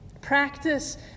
Practice